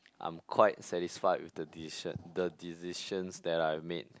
I'm quite satisfied with the decision the decisions that I made